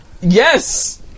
Yes